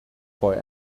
boy